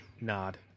Nod